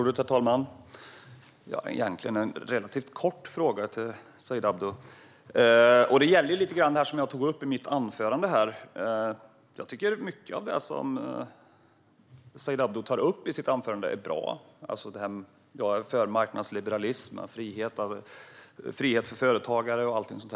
Herr talman! Jag har en kort fråga till Said Abdu, och den gäller det jag tog upp i mitt anförande. Mycket av det som Said Abdu tar upp i sitt anförande är bra. Jag är för marknadsliberalism, frihet för företagare och allt sådant.